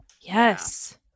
Yes